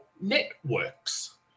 networks